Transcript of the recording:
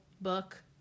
book